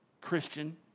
Christian